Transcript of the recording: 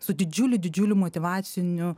su didžiuliu didžiuliu motyvaciniu